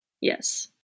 Yes